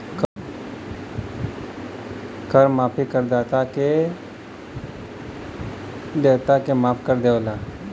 कर माफी करदाता क कर देयता के माफ कर देवला